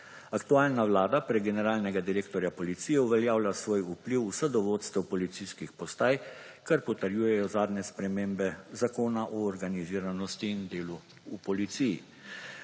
Aktualna vlada preko generalnega direktorja policije uveljavlja svoj vpliv vse do vodstev policijskih postaj, kar potrjujejo zadnje spremembe Zakona o organiziranosti in delu v policiji.